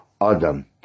adam